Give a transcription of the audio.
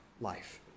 life